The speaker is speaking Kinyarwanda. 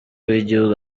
w’igihugu